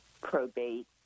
probate